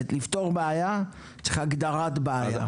כדי לפתור בעיה צריך הגדרת בעיה.